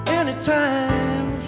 anytime